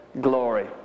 glory